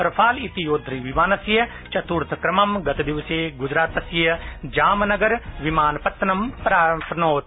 Rafale इति योद्धविमानस्य चतुर्थचक्रम् गतदिवसे ग्जरातस्य जामनगर विमानपत्तनं प्राप्नोत्